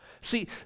See